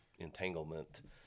entanglement